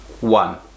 One